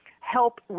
help